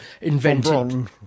invented